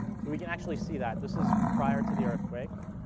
so we can actually see that. this is prior to the earthquake,